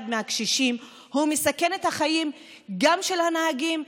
מהקשישים מסכן את החיים גם של הנהגים,